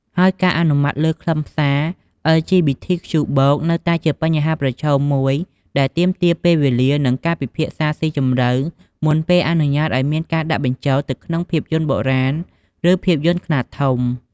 ហើយការអនុម័តលើខ្លឹមសារ អិល ជី ប៊ី ធី ខ្ជូ បូក (LGBTQ+) នៅតែជាបញ្ហាប្រឈមមួយដែលទាមទារពេលវេលា និងការពិភាក្សាស៊ីជម្រៅ មុនពេលអនុញ្ញាតឲ្យមានការដាក់បញ្ចូលទៅក្នុងភាពយន្ដបុរាណ ឬភាពយន្ដខ្នាតធំ។